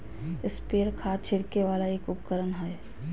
sprayer खाद छिड़के वाला एक उपकरण हय